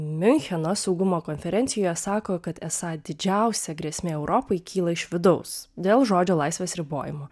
miuncheno saugumo konferencijoje sako kad esą didžiausia grėsmė europai kyla iš vidaus dėl žodžio laisvės ribojimo